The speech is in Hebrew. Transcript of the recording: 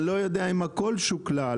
אני לא יודע אם הכול שוקלל,